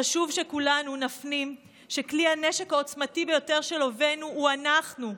חשוב שכולנו נפנים שכלי הנשק העוצמתי ביותר של אויבינו הוא אנחנו,